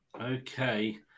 Okay